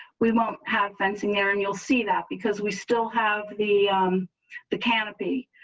we won't have fencing air and you'll see that because we still have the the canopy.